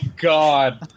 god